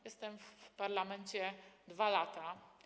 Jestem w parlamencie 2 lata.